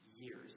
Years